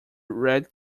red